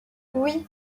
oui